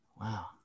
wow